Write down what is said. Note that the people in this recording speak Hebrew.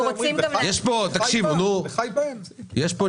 יש כאן